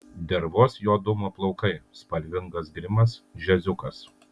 dervos juodumo plaukai spalvingas grimas džiaziukas